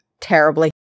Terribly